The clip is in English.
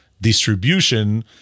distribution